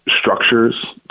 Structures